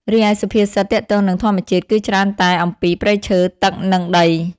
រីឯសុភាសិតទាក់ទងនឹងធម្មជាតិ គឺច្រើនតែអំពី ព្រៃឈើ ទឹក និង ដី។